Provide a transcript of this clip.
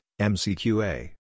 MCQA